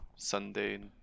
Sunday